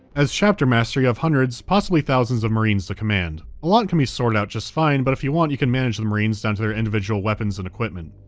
as chapter master, you have hundreds, possibly thousands of marines to command. a lot can be sorted out just fine, but if you want, you can manage the marines down to their individual weapons and equipment.